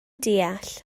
deall